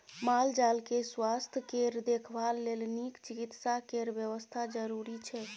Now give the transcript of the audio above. माल जाल केँ सुआस्थ केर देखभाल लेल नीक चिकित्सा केर बेबस्था जरुरी छै